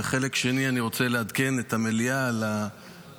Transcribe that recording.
בחלק השני אני רוצה לעדכן את המליאה על המשא